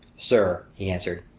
sir, he answered,